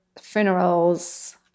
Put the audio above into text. funerals